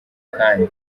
kanya